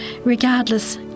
regardless